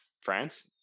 France